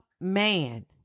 man